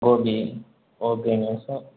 okay ஓகேங்க